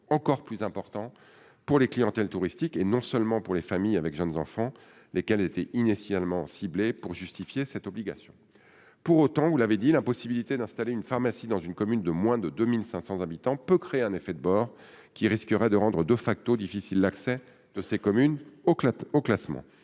encore plus important pour les clientèles touristiques, et pas seulement pour les familles avec jeunes enfants, lesquelles étaient initialement ciblées pour justifier cette obligation. Pour autant, l'impossibilité d'installer une pharmacie dans une commune de moins de 2 500 habitants peut créer un effet de bord qui risquerait de rendre difficile l'accès de ces communes au classement.